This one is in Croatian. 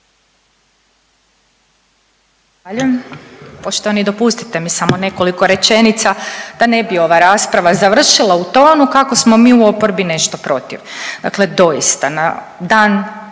Poštovani, dopustite mi samo nekoliko rečenica da ne bi ova rasprava završila u tonu kako smo mi u oporbi nešto protiv. Dakle doista na dan